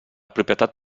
propietat